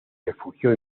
refugió